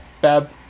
bab